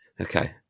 Okay